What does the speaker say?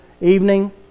evening